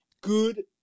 good